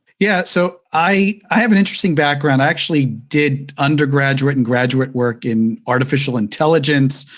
yeah, so i i have an interesting background. i actually did undergraduate and graduate work in artificial intelligence,